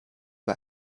bei